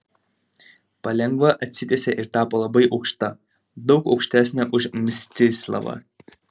palengva atsitiesė ir tapo labai aukšta daug aukštesnė už mstislavą